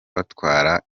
batwara